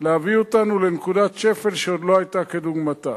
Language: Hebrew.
להביא אותנו לנקודת שפל שעוד לא היתה כדוגמתה.